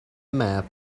map